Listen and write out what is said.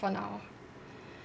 for now